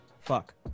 fuck